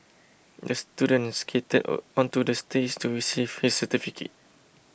the student skated onto the stage to receive his certificate